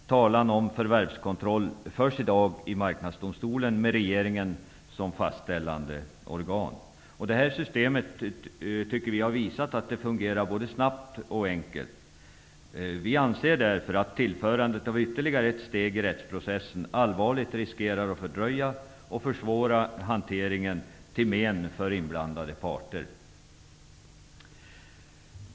Talan om förvärvskontroll förs i dag i Marknadsdomstolen, med regeringen som fastställande organ. Det systemet fungerar både snabbt och enkelt. Vi anser därför att tillförandet av ytterligare ett steg i rättsprocessen allvarligt riskerar att fördröja och försvåra hanteringen, till men för inblandade parter.